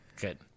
Good